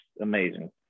amazing